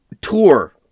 tour